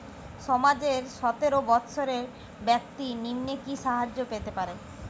সমাজের সতেরো বৎসরের ব্যাক্তির নিম্নে কি সাহায্য পেতে পারে?